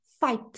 fight